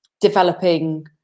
developing